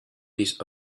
these